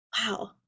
wow